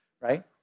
right